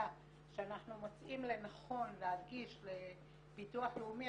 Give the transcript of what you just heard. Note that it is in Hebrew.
שאנחנו מוצאים לנכון להגיש לביטוח לאומי,